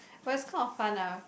but it's kind of fun lah